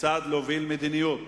וכיצד להוביל מדיניות.